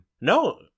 No